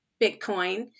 Bitcoin